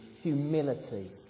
humility